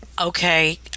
okay